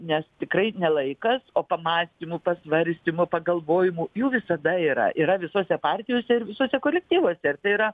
nes tikrai ne laikas o pamąstymų pasvarstymų pagalvojimų jų visada yra yra visose partijose ir visuose kolektyvuose tai yra